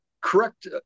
correct